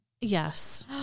Yes